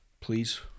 Please